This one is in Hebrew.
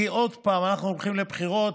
כי עוד פעם אנחנו הולכים לבחירות,